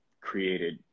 created